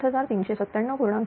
9kVA